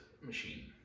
machine